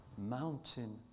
Mountain